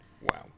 Wow